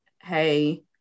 hey